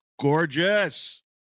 Gorgeous